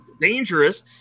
dangerous